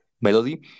melody